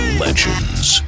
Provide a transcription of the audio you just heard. legends